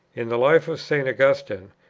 in the life of st. augustine,